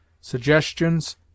Suggestions